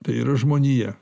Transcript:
tai yra žmonija